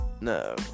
No